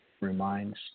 reminds